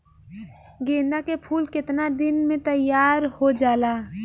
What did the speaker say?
गेंदा के फूल केतना दिन में तइयार हो जाला?